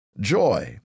joy